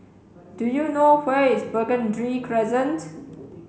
do you know where is Burgundy Crescent